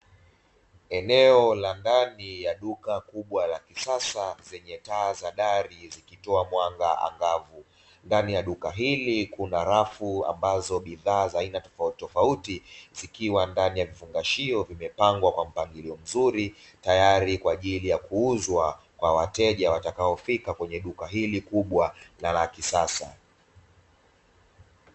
Eneo la ndani ya duka kubwa la kisasa zenye taa za dari zikitoa mwanga angavu, ndani ya duka hili kuna rafu ambazo bidhaa za aina tofauti tofauti zikiwa ndani ya vifungashio vimepangwa kwa mpangilio mzuri tayari kwajili kuuzwa kwa wateja watakaofika kwenye duka hili kubwa na la kisasa.